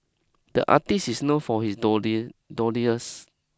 the artist is known for his doodle doodles